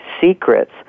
secrets